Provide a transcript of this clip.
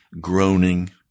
groaning